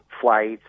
flights